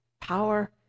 power